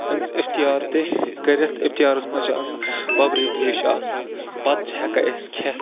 أمِس اِفطار تہِ کٔرِتھ اِفطارَس منٛز چھِ آسان بَبرِ ترٛیش چھِ آسان بَتہٕ چھِ ہٮ۪کان أسۍ کھٮ۪تھ